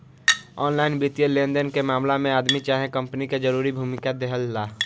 online वित्तीय लेनदेन के मामला में आदमी चाहे कंपनी के जरूरी भूमिका रहेला